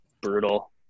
brutal